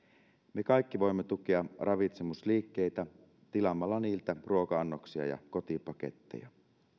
me kaikki voimme tukea ravitsemusliikkeitä tilaamalla niiltä ruoka annoksia ja kotipaketteja